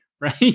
right